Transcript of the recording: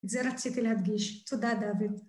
זה רציתי להדגיש. תודה דוד.